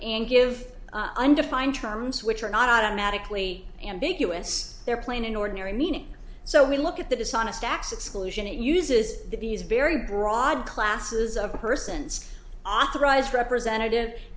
and give undefined terms which are not automatically ambiguous they're plain in ordinary meaning so we look at the dishonest access solution it uses these very broad classes of persons authorized representative